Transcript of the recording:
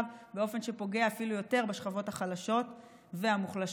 באופן שפוגע אפילו יותר בשכבות החלשות והמוחלשות,